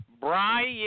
Brian